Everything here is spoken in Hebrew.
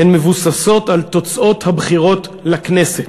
הן מבוססות על תוצאות הבחירות לכנסת.